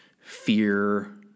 fear